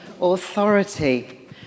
authority